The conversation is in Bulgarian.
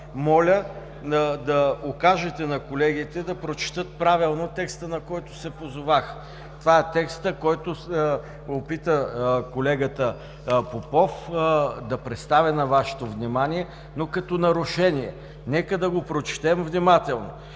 моля да укажете на колегите да прочетат правилно текста, на който се позоваха. Това е текстът, който се опита колегата Попов да представи на Вашето внимание, но като нарушение. Нека да го прочетем внимателно: